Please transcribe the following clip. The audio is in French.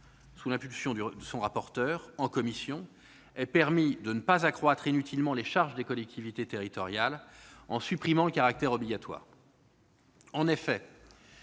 sous l'impulsion du rapporteur, aient permis de ne pas accroître inutilement les charges des collectivités territoriales en supprimant le caractère obligatoire de